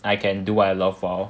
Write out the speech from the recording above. I can do what I love while